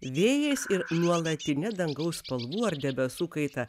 vėjais ir nuolatine dangaus spalvų ar debesų kaita